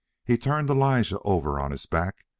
he turned elijah over on his back,